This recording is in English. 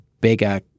bigger